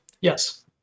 Yes